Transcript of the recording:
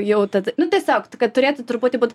jau tad nu tiesiog kad turėtų truputį būt